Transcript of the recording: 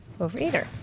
overeater